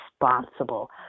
responsible